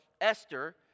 Esther